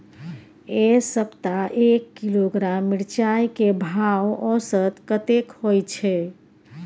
ऐ सप्ताह एक किलोग्राम मिर्चाय के भाव औसत कतेक होय छै?